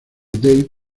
dave